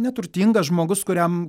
neturtingas žmogus kuriam